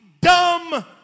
dumb